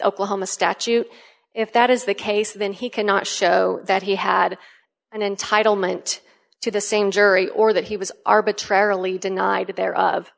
oklahoma statute if that is the case then he cannot show that he had an entitlement to the same jury or that he was arbitrarily denied there of